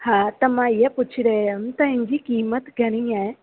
हा त मां इहा पुछी रहियमि त हिन जी क़ीमत घणी आहे